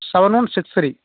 seven one six three